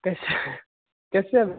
किस कैसे अब